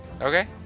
Okay